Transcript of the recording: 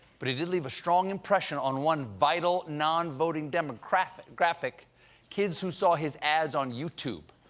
but he did leave a strong impression on one vital non-voting demographic demographic kids who saw his ads on youtube.